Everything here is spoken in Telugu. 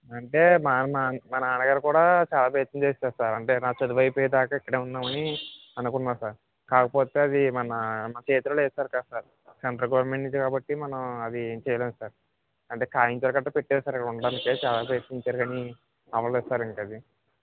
అంటే మా నా మా నాన్నగారు కూడా చాలా ప్రయత్నం చేసారు సార్ అంటే నా చదువు అయిపోయేదాకా ఇక్కడే ఉందామని అనుకున్నారు సార్ కాకపోతే అది మన మన చేతిలో లేదు కదా సార్ సెంట్రల్ గవర్నమెంట్ది కాబట్టి మనం అదీ ఏం చెయ్యలేం సార్ అంటే కాయితాలు గట్రా పెట్టారు సార్ ఉండటానికి చాలా ప్రయత్నించారు కానీ అవలేదు సార్ ఇంకది